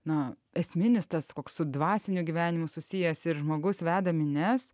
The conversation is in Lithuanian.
na esminis tas koks su dvasiniu gyvenimu susijęs ir žmogus veda minias